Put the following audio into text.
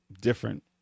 different